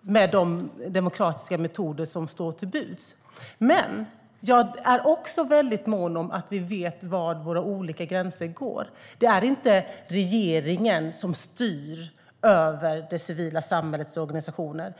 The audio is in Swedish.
med de demokratiska metoder som står till buds. Men jag är också väldigt mån om att vi vet var våra olika gränser går. Det är inte regeringen som styr över det civila samhällets organisationer.